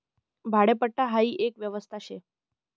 भाडेपट्टा हाई एक व्यवस्था शे